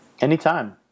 Anytime